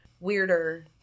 weirder